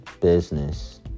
business